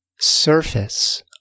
surface